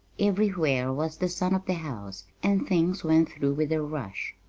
everywhere was the son of the house, and things went through with a rush.